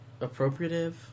appropriative